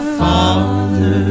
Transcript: father